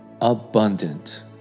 abundant